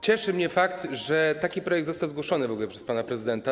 Cieszy mnie fakt, że taki projekt został zgłoszony w ogóle przez pana prezydenta.